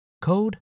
code